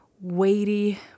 weighty